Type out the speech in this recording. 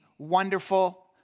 Wonderful